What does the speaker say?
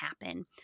happen